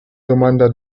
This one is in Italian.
domanda